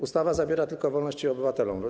Ustawa zabiera tylko wolności obywatelom.